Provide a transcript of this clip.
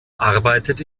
arbeitet